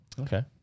Okay